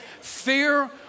Fear